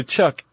Chuck